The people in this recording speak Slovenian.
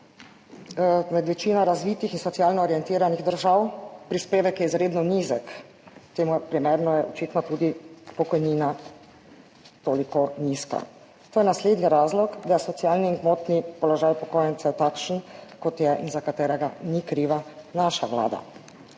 med večino razvitih in socialno orientiranih držav, prispevek je izredno nizek, temu primerno je očitno tudi pokojnina toliko nizka. To je naslednji razlog, da je socialni gmotni položaj upokojencev takšen kot je in za katerega ni kriva naša vlada.